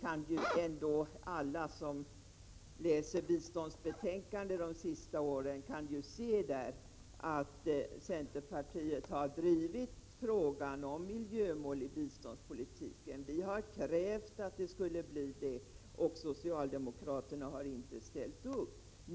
Alla som läser biståndsbetänkandena från de senaste åren kan se att centerpartiet har drivit frågan om ett miljömål i biståndspolitiken. Vi har krävt att det skulle bli ett sådant, men socialdemokraterna har inte ställt upp.